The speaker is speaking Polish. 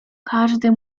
każdy